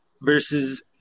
versus